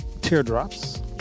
teardrops